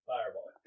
Fireball